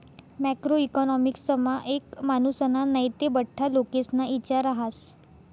macro इकॉनॉमिक्समा एक मानुसना नै ते बठ्ठा लोकेस्ना इचार रहास